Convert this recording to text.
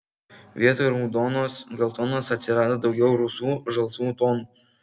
vietoj raudonos geltonos atsirado daugiau rusvų žalsvų tonų